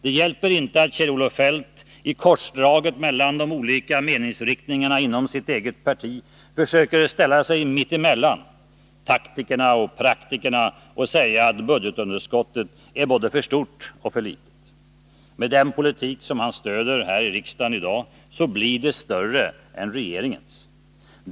Det hjälper inte att Kjell-Olof Feldt i korsdraget mellan de olika meningsriktningarna inom sitt parti försöker ställa sig mitt emellan taktikerna och praktikerna och säga att budgetunderskottet är både för stort och för litet. Med den politik han stöder här i riksdagen i dag så blir det större än med regeringens linje.